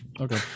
Okay